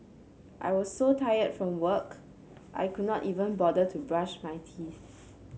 I was so tired from work I could not even bother to brush my teeth